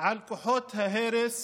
על כוחות ההרס